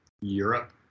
Europe